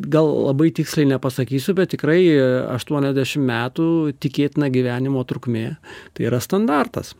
gal labai tiksliai nepasakysiu bet tikrai aštuoniasdešim metų tikėtina gyvenimo trukmė tai yra standartas